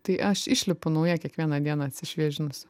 tai aš išlipu nauja kiekvieną dieną atsišviežinus